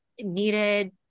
needed